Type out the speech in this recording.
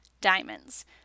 diamonds